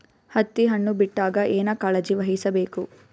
ಹತ್ತಿ ಹಣ್ಣು ಬಿಟ್ಟಾಗ ಏನ ಕಾಳಜಿ ವಹಿಸ ಬೇಕು?